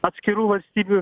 atskirų valstybių